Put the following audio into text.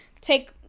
take